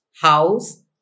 house